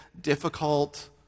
difficult